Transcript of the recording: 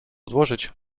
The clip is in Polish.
odłożyć